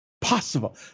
possible